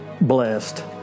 blessed